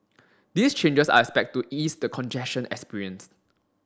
these changes are expect to ease the congestion experienced